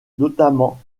notamment